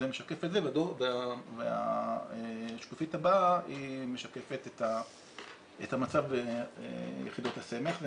זה משקף את זה והשקופית הבאה משקפת את המצב ביחידות הסמך.